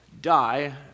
die